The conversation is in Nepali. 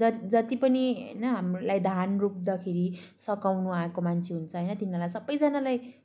जत्ति जत्ति पनि होइन हामीहरूलाई धान रोप्दाखेरि सघाउन आएको मान्छे हुन्छ होइन तिनीहरूलाई सबैजनालाई